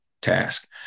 task